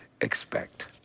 expect